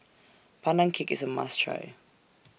Pandan Cake IS A must Try